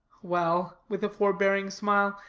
well, with a forbearing smile,